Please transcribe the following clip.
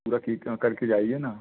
पूरा की करके जाइए न